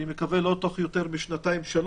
אני מקווה שתוך לא יותר משנתיים-שלוש